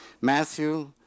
Matthew